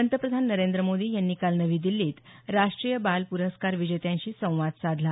पंतप्रधान नरेंद्र मोदी यांनी काल नवी दिल्लीत राष्ट्रीय बाल पुरस्कार विजेत्यां शी संवाद साधला